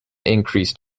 increased